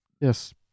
Yes